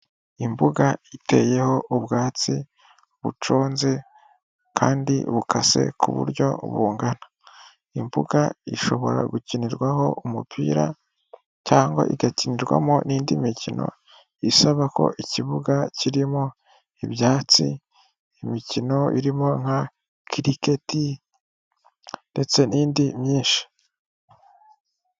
Imbuga iteyeho ubwatsi buconze kandi bukase ku buryo bungana. Imbuga ishobora gukinirwaho umupira cyangwa igakinirwamo n'indi mikino isaba ko ikibuga kirimo ibyatsi, imikino irimo nka kiriketi ndetse n'indi myinshi.